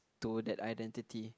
to that identity